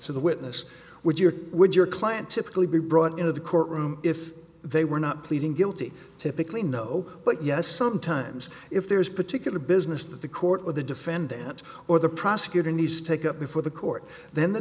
the the witness would your would your client typically be brought into the courtroom if they were not pleading guilty typically no but yes sometimes if there is particular business that the court or the defendant or the prosecutor needs to take up before the court then the